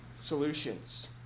solutions